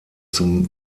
zum